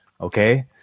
Okay